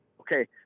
okay